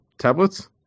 tablets